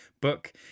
book